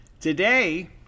today